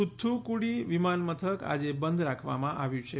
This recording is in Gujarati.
થુથુફ્રડી વિમાનમથક આજે બંધ રાખવામાં આવ્યું છે